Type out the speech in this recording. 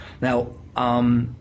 now –